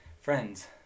friends